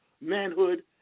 manhood